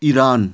Iran